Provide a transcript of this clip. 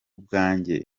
bwanjye